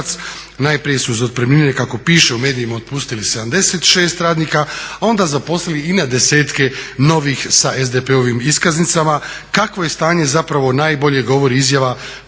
najprije su za otpremnine kako piše u medijima otpustili 67 radnika, a onda zaposlili i na desetke novih sa SDP-ovim iskaznicama. Kakvo je stanje najbolje govori izjava